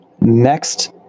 next